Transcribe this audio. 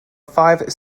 five